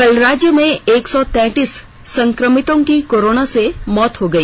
कल राज्य में एक सौ तैंतीस संक्रमितों की कोरोना से मौत हो गई